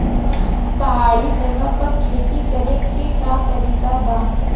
पहाड़ी जगह पर खेती करे के का तरीका बा?